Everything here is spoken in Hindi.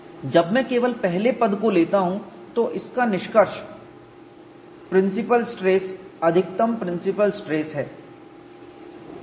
जब मैं केवल पहले पद को लेता हूं तो इसका निष्कर्ष प्रिंसिपल स्ट्रेस अधिकतम प्रिंसिपल स्ट्रेस है